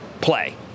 play